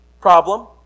problem